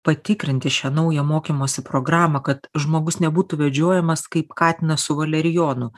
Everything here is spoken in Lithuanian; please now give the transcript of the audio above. patikrinti šią naują mokymosi programą kad žmogus nebūtų vedžiojamas kaip katinas su valerijonu